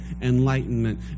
enlightenment